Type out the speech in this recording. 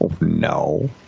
no